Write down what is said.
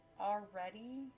already